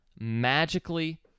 magically